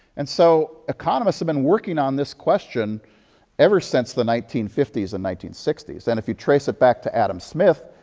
and so economists have been working on this question ever since the nineteen fifty s and nineteen sixty s, and if you trace it back to adam smith,